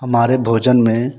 हमारे भोजन में